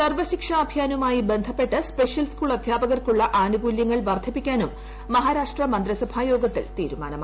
സർവ്വശിക്ഷാ അഭിയാനുമായി ബന്ധപ്പെട്ട് special school അധ്യാപകർക്കുള്ള ആനുകൂലൃങ്ങൾ വർദ്ധിപ്പിക്കാനും മഹാരാഷ്ട്ര മന്ത്രിസഭാ യോഗത്തിൽ തീരുമാനമായി